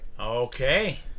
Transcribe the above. Okay